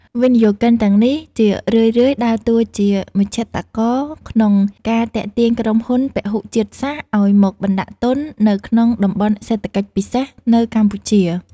វិនិយោគិនទាំងនេះជារឿយៗដើរតួជា "មជ្ឈត្តករ" ក្នុងការទាក់ទាញក្រុមហ៊ុនពហុជាតិសាសន៍ឱ្យមកបណ្ដាក់ទុននៅក្នុង តំបន់សេដ្ឋកិច្ចពិសេស នៅកម្ពុជា។